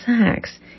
Sex